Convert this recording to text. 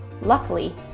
Luckily